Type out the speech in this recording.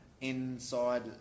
Inside